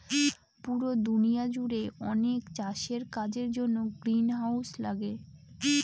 পুরো দুনিয়া জুড়ে অনেক চাষের কাজের জন্য গ্রিনহাউস লাগে